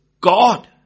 God